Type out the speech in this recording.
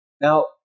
Now